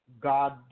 God